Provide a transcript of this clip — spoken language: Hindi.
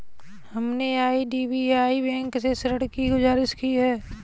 हमने आई.डी.बी.आई बैंक से ऋण की गुजारिश की है